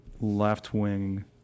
left-wing